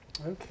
Okay